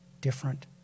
different